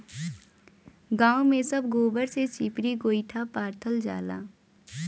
गांव में सब गोबर से चिपरी गोइठा पाथल जाला